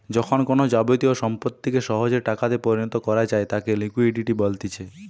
যখন কোনো যাবতীয় সম্পত্তিকে সহজে টাকাতে পরিণত করা যায় তাকে লিকুইডিটি বলতিছে